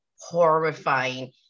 horrifying